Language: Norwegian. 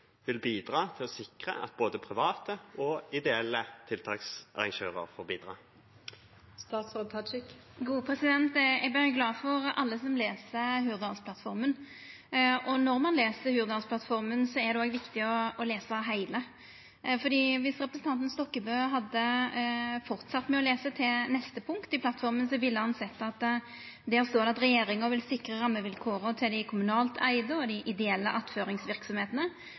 sikre at både private og ideelle tiltaksarrangører får bidra?» Eg vert glad for alle som les Hurdalsplattforma, og når ein les Hurdalsplattforma, er det viktig å lesa heile, for viss representanten hadde fortsett med å lesa til neste punkt i plattforma, ville han sett at det står at regjeringa vil «sikre rammevilkårene for de kommunalt eide og de ideelle